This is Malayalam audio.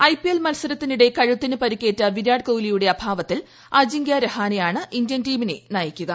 ഐപിഎൽ മത്സരത്തിനിടെ കഴുത്തിന് പരിക്കേറ്റ വിരാട് കോഹ്ലിയുടെ അഭാവത്തിൽ അജിങ്ക്യരഹാനെയാണ് ഇന്ത്യൻ ടീമിനെ നയിക്കുക